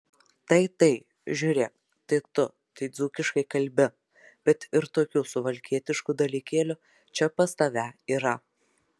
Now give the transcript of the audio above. tai tai žiūrėk tai tu tai dzūkiškai kalbi bet ir tokių suvalkietiškų dalykėlių čia pas tave yra